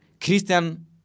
Christian